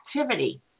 activity